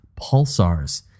pulsars